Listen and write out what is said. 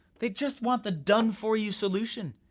they just want the done for you solution,